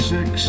Six